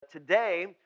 Today